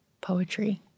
poetry